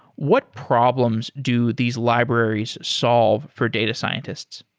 what problems do these libraries solve for data scientists?